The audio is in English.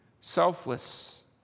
selfless